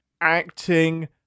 acting